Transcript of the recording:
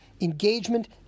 engagement